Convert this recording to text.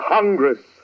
Congress